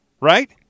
right